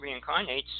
reincarnates